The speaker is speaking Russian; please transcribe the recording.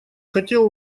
хотел